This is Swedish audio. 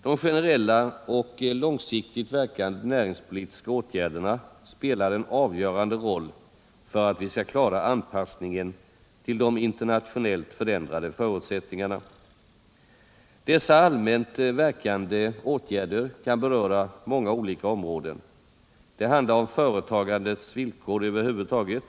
De generella och långsiktigt verkande näringspolitiska åtgärderna spelar en avgörande roll för att vi skall klara anpassningen till de internationellt förändrade förutsättningarna. Dessa allmänt verkande åtgärder kan beröra många olika områden. Det handlar om företagandets villkor över huvud taget.